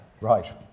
Right